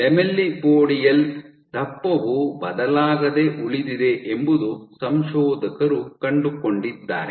lamellipodial ದಪ್ಪವು ಬದಲಾಗದೆ ಉಳಿದಿದೆ ಎಂಬುದು ಸಂಶೋಧಕರು ಕಂಡುಕೊಂಡಿದ್ದಾರೆ